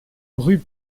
rue